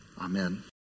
amen